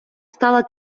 стала